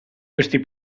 questi